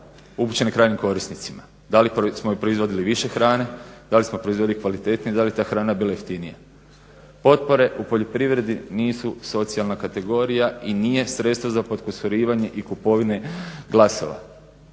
upućene krajnjim korisnicima? Da li smo proizvodili više hrane, da li smo proizvodili kvalitetnije, da li je ta hrana bila jeftinija? Potpore u poljoprivredi nisu socijalna kategorija i nije sredstvo za potkusurivanje i kupovine glasova.